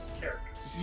characters